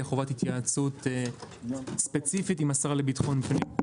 חובת התייעצות ספציפית עם השר לביטחון פנים.